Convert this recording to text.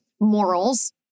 morals